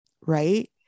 Right